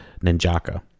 Ninjaka